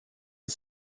are